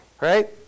right